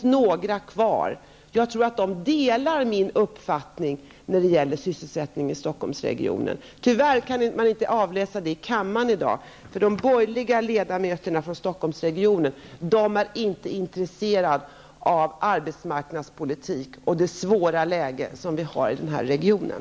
Ta kontakt med dem! Jag tror att de delar min uppfattning när det gäller sysselsättningen i Stockholmsregionen. Tyvärr kan man inte avläsa det i kammaren i dag -- de borgerliga ledamöterna från Stockholmsregionen är inte intresserade av arbetsmarknadspolitik och det svåra läge som vi har här i regionen.